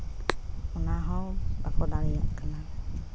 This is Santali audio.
ᱚᱱᱟ ᱦᱚᱸ ᱵᱟᱠᱚ ᱫᱟᱲᱮᱭᱟᱜ ᱠᱟᱱᱟ